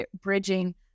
bridging